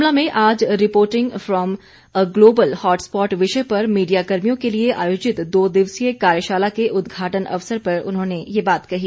शिमला में आज reporting from a global hot spot विषय पर मीडिया कर्मियों के लिए आयोजित दो दिवसीय कार्यशाला के उद्घाटन अवसर पर उन्होंने ये बात कही